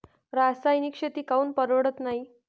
रासायनिक शेती काऊन परवडत नाई?